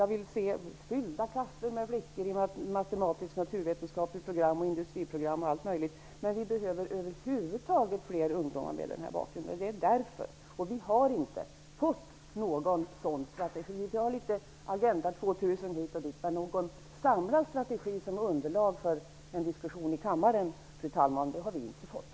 Jag vill se fyllda klasser med flickor i bl.a. matematiskt och naturvetenskapligt program samt industriprogram. Men vi behöver över huvud taget fler ungdomar med denna bakgrund. Och vi har inte fått någon sådan strategi. Visserligen har vi litet arbete hit och dit med Agenda 2000, men någon samlad strategi som underlag för en diskussion i kammaren, fru talman, har vi inte fått.